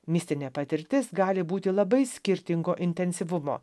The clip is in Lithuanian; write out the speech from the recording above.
mistinė patirtis gali būti labai skirtingo intensyvumo